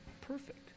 Perfect